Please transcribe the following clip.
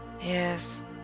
Yes